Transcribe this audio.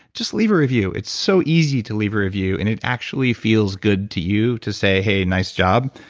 just leave a review it's so easy to leave a review and it actually feels good to you to say, hey, nice job.